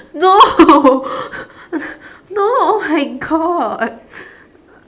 no no oh my god